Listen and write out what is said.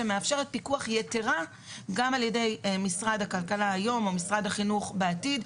מה שמאפשר יתר פיקוח גם על ידי משרד הכלכלה היום או משרד החינוך בעתיד,